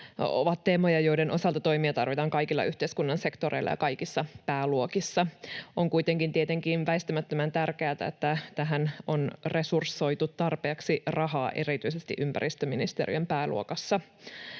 ovat teemoja, joiden osalta toimia tarvitaan kaikilla yhteiskunnan sektoreilla ja kaikissa pääluokissa. On kuitenkin tietenkin väistämättömän tärkeätä, että tähän on resursoitu tarpeeksi rahaa erityisesti ympäristöministeriön pääluokassa.